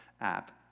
app